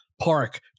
park